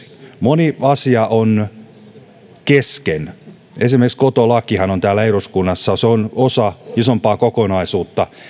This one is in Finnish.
moni asia on kesken esimerkiksi koto lakihan on täällä eduskunnassa se on osa isompaa kokonaisuutta